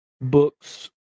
books